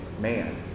man